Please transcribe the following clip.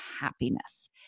happiness